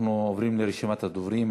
אנחנו עוברים לרשימת הדוברים,